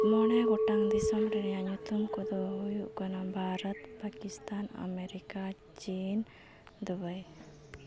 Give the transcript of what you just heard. ᱢᱚᱬᱮ ᱜᱚᱴᱟᱝ ᱫᱤᱥᱚᱢ ᱠᱚᱫᱚ ᱦᱩᱭᱩᱜ ᱠᱟᱱᱟ ᱵᱷᱟᱨᱚᱛ ᱯᱟᱠᱤᱥᱛᱟᱱ ᱟᱢᱮᱨᱤᱠᱟ ᱪᱤᱱ ᱫᱩᱵᱟᱹᱭ